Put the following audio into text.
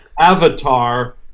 Avatar